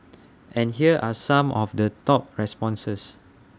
and here are some of the top responses